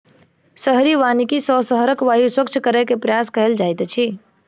शहरी वानिकी सॅ शहरक वायु स्वच्छ करै के प्रयास कएल जाइत अछि